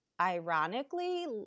ironically